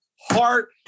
heart